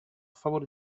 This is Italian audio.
favore